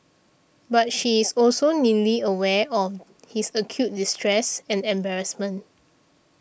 but she is also neatly aware of his acute distress and embarrassment